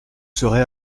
serez